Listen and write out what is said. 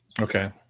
Okay